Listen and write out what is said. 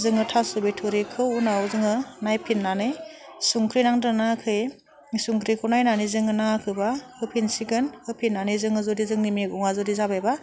जोङो थास' बिथ'रिखौ उनाव जोङो नायफिननानै संख्रै नांदोंना नाङाखै संख्रिखौ नायनानै जोङो नाङाखैबा होफिनसिगोन होफिननानै जोङो जुदि जोंनि मैगङा जुदि जाबायबा